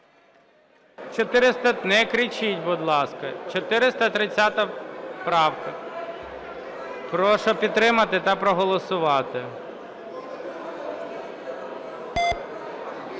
Не кричіть, будь ласка. 430 правка. Прошу підтримати та проголосувати.